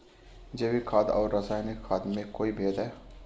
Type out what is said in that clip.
जैविक खाद और रासायनिक खाद में कोई भेद है?